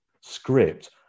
script